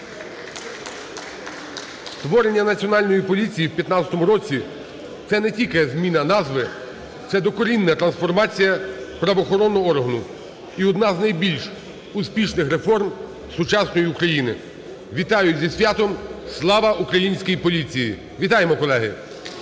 Створення Національної поліції в 15-му році – це не тільки зміна назви, це докорінна трансформація правоохоронного органу і одна з найбільш успішних реформ сучасної України. Вітаю зі святом. Слава українській поліції! Вітаємо, колеги.